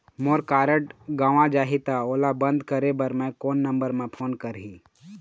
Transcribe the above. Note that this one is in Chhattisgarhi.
मोर कारड गंवा जाही त ओला बंद करें बर मैं कोन नंबर म फोन करिह?